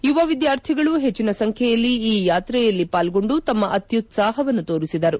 ಯುವ ವಿದ್ನಾರ್ಥಿಗಳು ಹೆಚ್ಚನ ಸಂಖ್ಯೆಯಲ್ಲಿ ಈ ಯಾತ್ರೆಯಲ್ಲಿ ಪಾಲ್ಗೊಂಡು ತಮ್ಮ ಅತ್ಸುತ್ನಾಹವನ್ನು ತೋರಿಸಿದರು